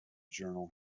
journal